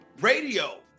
radio